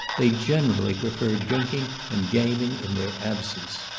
they generally prefer drinking and gaming in their absence.